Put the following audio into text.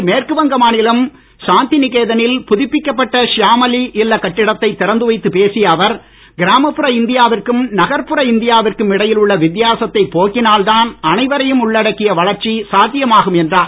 இன்று மேற்குவங்கம் மாநிலம் ஷாந்தி நிகேதனில் புதுப்பிக்கப்பட்ட ஷியாமளி இல்லக் கட்டிடத்தை திறந்து வைத்து பேசிய அவர் கிராமப்புற இந்தியாவிற்கும் நகர்புற இந்தியாவிற்கும் இடையில் உள்ள வித்தியாசத்தை போக்கினால் தான் அனைவரை உள்ளடக்கிய வளர்ச்சி சாத்தியமாகும் என்றார்